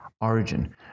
Origin